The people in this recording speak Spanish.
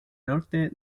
norte